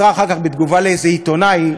מסרה אחר כך בתגובה לאיזה עיתונאי,